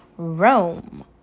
Rome